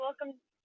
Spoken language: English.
Welcome